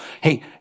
hey